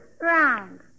Round